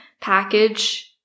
package